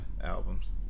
albums